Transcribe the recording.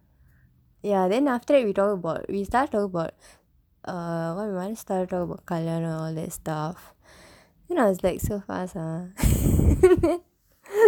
ya then after that we talked about we started talking about uh we started to talk about kalyanam all that stuff then I was like so fast ah